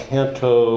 Canto